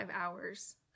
hours